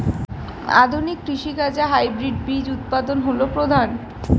আধুনিক কৃষি কাজে হাইব্রিড বীজ উৎপাদন হল প্রধান